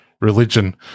religion